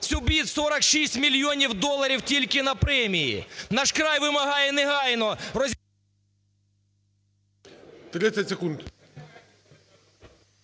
собі 46 мільйонів доларів тільки на премії. "Наш край" вимагає негайно…